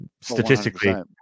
statistically